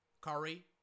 Curry